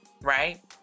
right